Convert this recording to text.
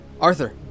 Arthur